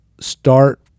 start